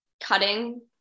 cutting